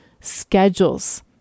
schedules